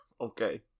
Okay